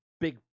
big